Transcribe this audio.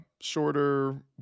shorter